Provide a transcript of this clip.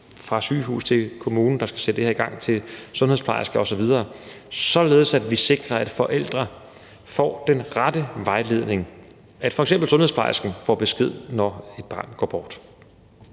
fra sygehus til kommune, der skal sætte det her i gang, og videre til sundhedsplejersker osv. – således at vi sikrer, at forældre får den rette vejledning, og at sundhedsplejersken får besked, når et barn går bort.